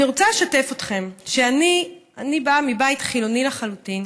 אני רוצה לשתף אתכם שאני באה מבית חילוני לחלוטין,